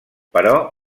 però